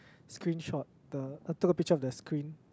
screenshot the I took a picture of the screen